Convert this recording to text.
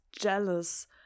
jealous